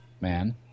man